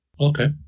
Okay